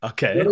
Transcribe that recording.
Okay